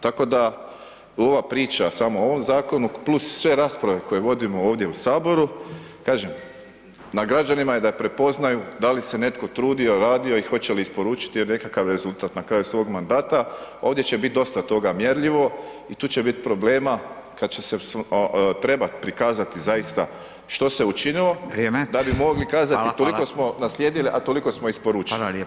Tako da ova priča samo o ovom zakonu plus sve rasprave koje vodimo ovdje u Saboru, kažem, na građanima je da prepoznaju da li se netko trudio, radio i hoće li isporučiti nekakav rezultat na kraju svog mandata, ovdje će bit dosta toga mjerljivo i tu će bit problema kad će se trebat prikazat zaista što se učinilo [[Upadica Radin: Vrijeme, hvala, hvala.]] da bi mogli kazati toliko smo naslijedili a toliko smo isporučili [[Upadica Radin: Hvala lijepa.]] To je razlika.